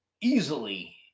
easily